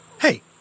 Hey